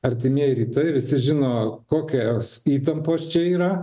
artimieji rytai visi žino kokios įtampos čia yra